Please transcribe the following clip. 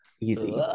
Easy